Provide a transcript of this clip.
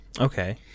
Okay